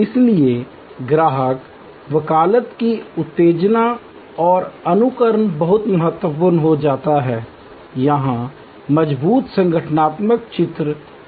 इसलिए ग्राहक वकालत की उत्तेजना और अनुकरण बहुत महत्वपूर्ण हो जाता है यहां मजबूत संगठनात्मक चित्र बनाता है